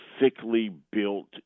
thickly-built